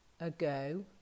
ago